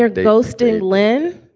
ah gholston lynn,